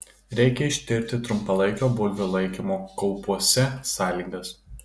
reikia ištirti trumpalaikio bulvių laikymo kaupuose sąlygas